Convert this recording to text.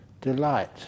delight